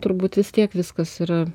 turbūt vis tiek viskas yra